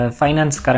finance